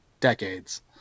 decades